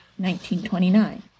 1929